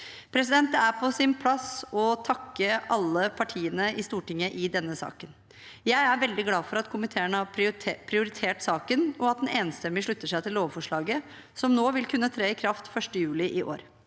utlandet. Det er på sin plass å takke alle partiene på Stortinget i denne saken. Jeg er veldig glad for at komiteen har prioritert saken, og at den enstemmig slutter seg til lovforslaget, som nå vil kunne tre i kraft 1. juni i år.